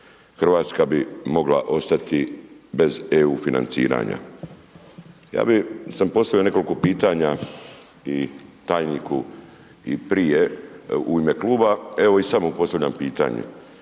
RH bi mogla ostati bez EU financiranja. Ja bi, sam postavio nekoliko pitanja i tajniku i prije u ime kluba, evo i sad mu postavljam pitanje.